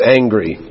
angry